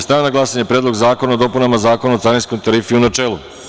Stavljam na glasanje Predlog zakona o dopunama Zakona o carinskoj tarifi, u načelu.